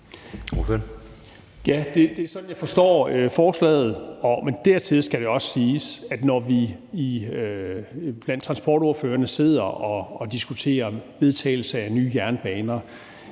Ja, det er sådan, jeg forstår forslaget. Men dertil skal også siges, at når vi blandt transportordførerne sidder og diskuterer vedtagelse af nye jernbaner,